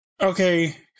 Okay